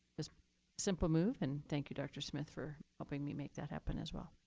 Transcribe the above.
this simple move. and thank you, dr. smith, for helping me make that happen as well.